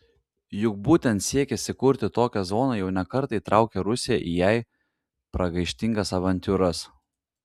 juk būtent siekis įkurti tokią zoną jau ne kartą įtraukė rusiją į jai pragaištingas avantiūras